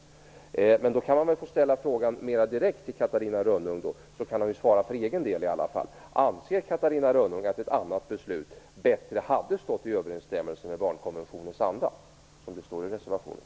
Men då kan man väl få ställa frågan mer direkt till Catarina Rönnung, så kan hon svara för egen del i alla fall: Anser Catarina Rönnung att ett annat beslut bättre hade stått i överensstämmelse med barnkonventionens anda, som det står i reservationen?